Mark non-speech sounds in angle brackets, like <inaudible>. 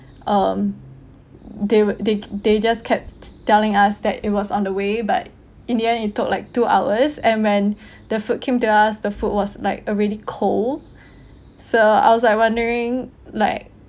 <breath> um they w~ they they just kept telling us that it was on the way but in the end it took like two hours and when <breath> the food came to us the food was like already cold <breath> so I was like wondering like